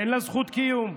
אין לה זכות קיום.